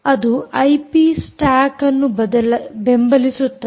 ಅದು IP stack ಅನ್ನು ಬೆಂಬಲಿಸುತ್ತದೆ